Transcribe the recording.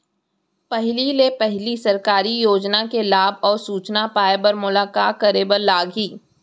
पहिले ले पहिली सरकारी योजना के लाभ अऊ सूचना पाए बर मोला का करे बर लागही?